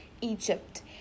egypt